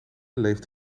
leeft